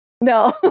No